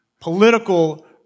political